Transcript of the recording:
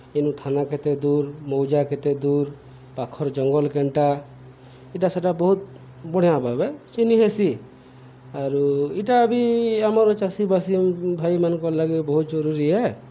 ଇନୁ ଥାନା କେତେ ଦୂର୍ ମଉଜା କେତେ ଦୂର୍ ପାଖର୍ ଜଙ୍ଗଲ୍ କେନ୍ଟା ଇଟା ସେଟା ବହୁତ୍ ବଢ଼ିଆଁ ଭାବେ ଚିନି ହେସି ଆରୁ ଇଟା ବି ଆମର୍ ଚାଷୀବାସୀ ଭାଇମାନ୍କର୍ ଲାଗି ବହୁତ୍ ଜରୁରୀ ଏ